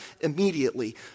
immediately